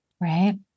Right